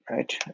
Right